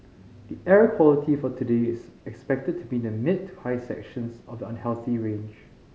the air quality for today is expected to be in the mid to high sections of the unhealthy range